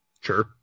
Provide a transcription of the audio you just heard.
Sure